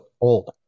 old